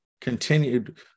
continued